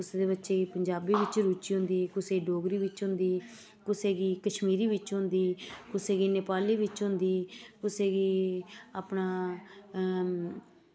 कुसे दे बच्चे गी पंजाबी बिच्च रुची होंदी कुसे डोगरी बिच्च होंदी कुसे गी कश्मीरी बिच्च होंदी कुसे गी नेपाली बिच्च होंदी कुसे गी अपना